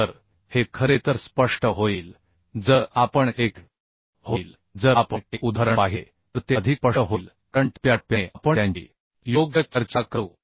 तर हे खरे तर स्पष्ट होईल जर आपण एक उदाहरण पाहिले तर ते अधिक स्पष्ट होईल कारण टप्प्याटप्प्याने आपण त्यांची योग्य चर्चा करू